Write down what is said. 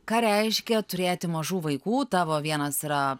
ką reiškia turėti mažų vaikų tavo vienas yra